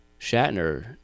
Shatner